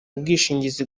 ubwishingizi